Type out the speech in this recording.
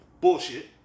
Bullshit